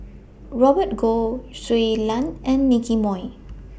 Robert Goh Shui Lan and Nicky Moey